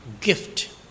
Gift